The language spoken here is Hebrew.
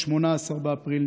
18 באפריל,